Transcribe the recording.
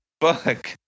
fuck